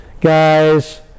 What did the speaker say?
guys